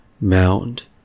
Mound